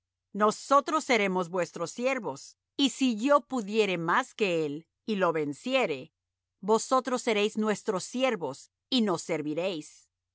nosotros seremos vuestros siervos y si yo pudiere más que él y lo venciere vosotros seréis nuestros siervos y nos serviréis